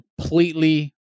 completely